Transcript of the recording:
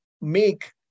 make